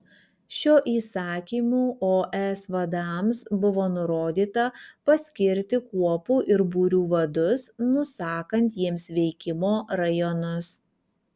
šiuo įsakymu os vadams buvo nurodyta paskirti kuopų ir būrių vadus nusakant jiems veikimo rajonus